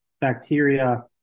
bacteria